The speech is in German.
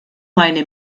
meine